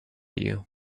you